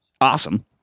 awesome